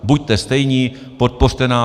Buďte stejní a podpořte nás.